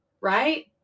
right